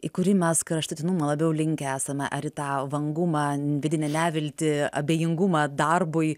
į kurį mes kraštutinumą labiau linkę esame ar į tą vangumą vidinę neviltį abejingumą darbui